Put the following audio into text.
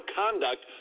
conduct